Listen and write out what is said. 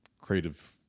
creative